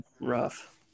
rough